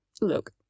Look